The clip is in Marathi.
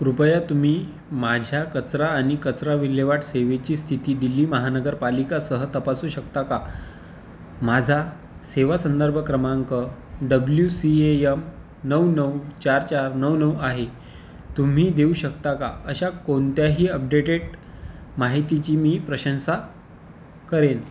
कृपया तुम्ही माझ्या कचरा आणि कचरा विल्हेवाट सेवेची स्थिती दिल्ली महानगरपालिका सह तपासू शकता का माझा सेवा संदर्भ क्रमांक डब्ल्यू सी ए यम नऊ नऊ चार चार नऊ नऊ आहे तुम्ही देऊ शकता का अशा कोणत्याही अपडेटेड माहितीची मी प्रशंसा करेन